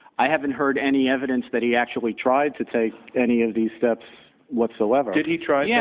i haven't heard any evidence that he actually tried to take any of these steps whatsoever. did he try, yeah